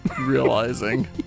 realizing